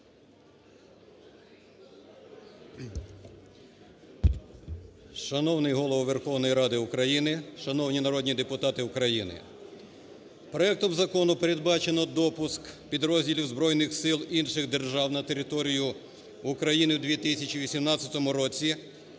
Шановний Голово Верховної Ради України! Шановні народні депутати України! Проектом закону передбачено допуск підрозділів збройних сил інших держав на територію України в 2018 році